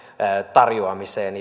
tarjoamiseen